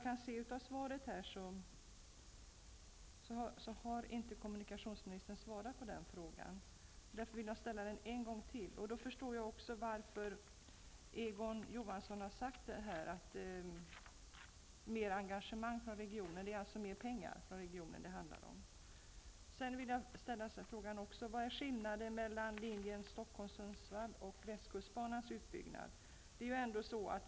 Kommunikationsministern har inte svarat på min fråga. Jag vill ha ett svar på den. Jag förstår nu också varför Per Egon Johansson talar om mer engagemang från regionen. Det handlar alltså om mera pengar från regionen.